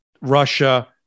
Russia